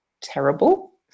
terrible